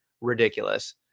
ridiculous